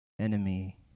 enemy